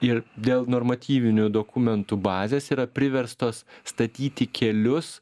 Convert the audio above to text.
ir dėl normatyvinių dokumentų bazės yra priverstos statyti kelius